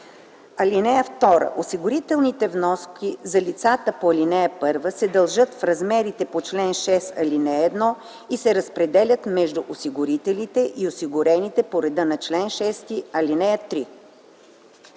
т.1. (2) Осигурителните вноски за лицата по ал. 1 се дължат в размерите по чл. 6, ал. 1 и се разпределят между осигурителите и осигурените по реда на чл. 6, ал. 3.